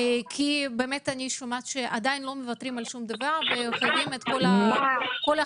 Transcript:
אני שומעת שעדיין לא מוותרים על שום דבר ומחייבים את כל החבילה.